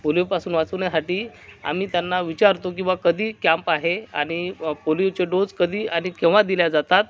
पोलिओपासून वाचवण्यासाठी आम्ही त्यांना विचारतो की बुवा कधी कॅम्प आहे आणि व पोलिओचे डोस कधी आणि केव्हा दिले जातात